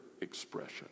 expression